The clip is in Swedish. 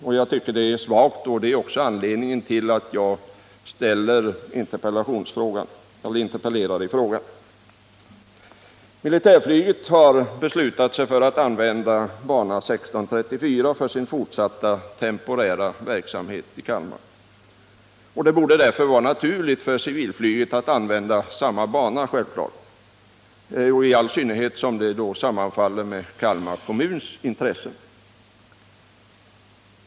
Det tycker jag är svagt och det är anledningen till att jag interpellerar i frågan. Militärflyget har beslutat sig för att använda bana 16/34 för sin fortsatta temporära verksamhet i Kalmar. Det borde därför vara naturligt för civilflyget att använda samma bana, i all synnerhet som ett sådant beslut skulle sammanfalla med Kalmar kommuns intressen.